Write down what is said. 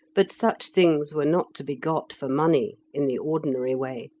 but such things were not to be got for money in the ordinary way.